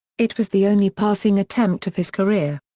it was the only passing attempt of his career.